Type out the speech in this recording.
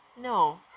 No